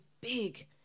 big